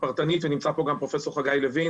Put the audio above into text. ונמצא פה גם פרופ' חגי לוין